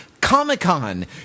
Comic-Con